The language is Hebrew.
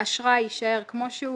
"אשראי" יישאר כמו שהוא,